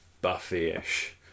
Buffy-ish